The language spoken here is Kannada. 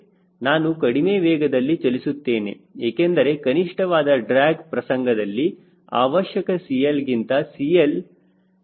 ನಾನು ಕಡಿಮೆ ವೇಗದಲ್ಲಿ ಚಲಿಸುತ್ತೇನೆ ಏಕೆಂದರೆ ಕನಿಷ್ಠವಾದ ಡ್ರ್ಯಾಗ್ ಪ್ರಸಂಗದಲ್ಲಿ ಅವಶ್ಯಕ CLಗಿಂತ CL ಹೆಚ್ಚಾಗಿ ಇರುತ್ತದೆ